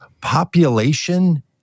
population